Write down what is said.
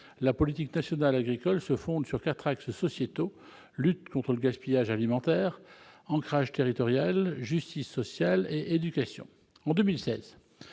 la politique agricole nationale se fonde sur quatre axes sociétaux : la lutte contre le gaspillage alimentaire, l'ancrage territorial, la justice sociale et l'éducation. En 2016,